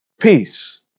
Peace